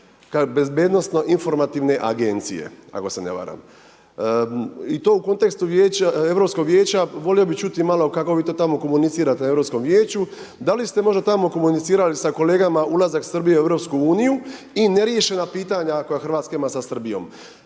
bezbednosno informativne agencije, ako se ne varam i to u kontekstu vijeća Europskog vijeća volio bi čuti malo kako vi to tamo komunicirate na Europskom vijeću. Da li ste možda tamo komunicirali sa kolegama ulazak Srbije u EU i neriješena pitanja koja RH ima sa Srbijom?